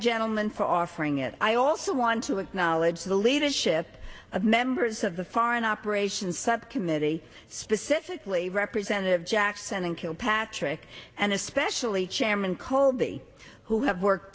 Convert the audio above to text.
gentleman for offering it i also want to acknowledge the leadership of members of the foreign operations subcommittee specifically representative jackson and kilpatrick and especially chairman colby who have worked